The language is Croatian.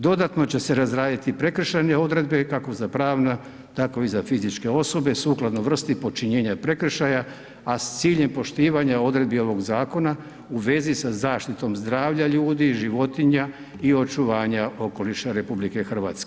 Dodatno će se razraditi prekršajne odredbe, kako za pravna, tako i za fizičke osobe, sukladno vrsti počinjenja prekršaja, a s ciljem poštivanja odredbi ovoga zakona u vezi sa zaštitom zdravlja ljudi, životinja i očuvanja okoliša RH.